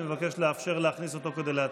אני מבקש לאפשר להכניס אותו כדי להצביע.